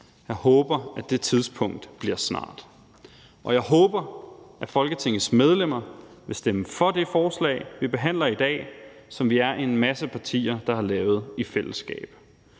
Jeg håber, at det tidspunkt snart kommer. Jeg håber, at Folketingets medlemmer vil stemme for det forslag, vi behandler i dag, som vi er en masse partier der har lavet i fællesskab,